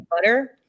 butter